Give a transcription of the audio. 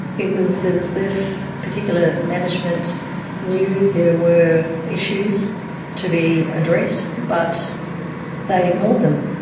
it was as if particular management knew there were issues to be addressed, but they ignored them.